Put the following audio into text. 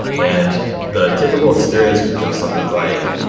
and the typical experience would go something like,